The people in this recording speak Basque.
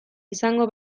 izango